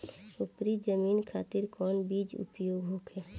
उपरी जमीन खातिर कौन बीज उपयोग होखे?